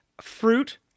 fruit